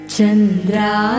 Chandra